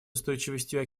устойчивостью